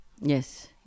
Yes